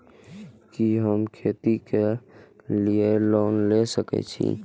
कि हम खेती के लिऐ लोन ले सके छी?